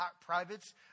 privates